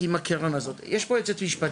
יש פה יועצת משפטית,